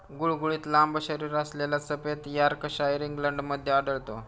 गुळगुळीत लांब शरीरअसलेला सफेद यॉर्कशायर इंग्लंडमध्ये आढळतो